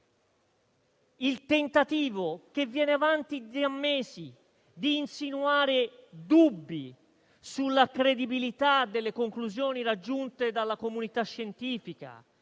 il tentativo, che viene portato avanti da mesi, di insinuare dubbi sulla credibilità delle conclusioni raggiunte dalla comunità scientifica,